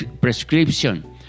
prescription